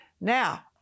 Now